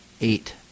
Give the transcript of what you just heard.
eight